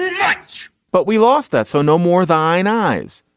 yeah much but we lost that. so no more thine eyes.